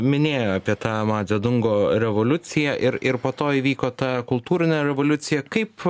minėjo apie tą mao dzedungo revoliuciją ir ir po to įvyko ta kultūrinė revoliucija kaip